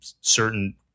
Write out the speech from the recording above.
certain